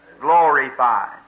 Glorified